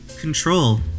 control